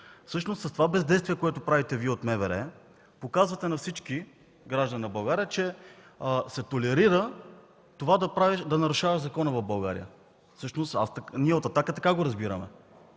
С това бездействие, което Вие от МВР правите, показвате на всички граждани на България, че се толерира това да нарушаваш закона в България. Ние от „Атака” го разбираме